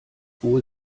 wohl